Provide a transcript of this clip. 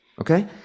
okay